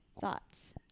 thoughts